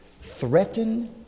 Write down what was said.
threaten